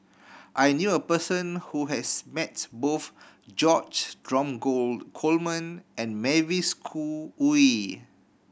I knew a person who has met both George Dromgold Coleman and Mavis Khoo Oei